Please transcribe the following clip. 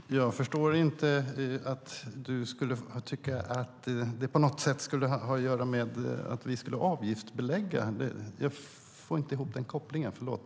Herr talman! Jag förstår inte att du tycker att det på något sätt skulle ha att göra med att vi skulle avgiftsbelägga. Jag får inte ihop den kopplingen. Förlåt!